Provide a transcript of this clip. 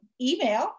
email